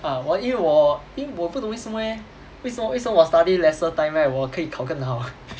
嗯我因为我因为我不懂为什么 leh 为什么为什么我 study lesser time right 我可以考更好